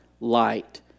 light